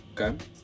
Okay